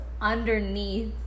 underneath